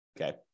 okay